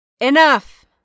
Enough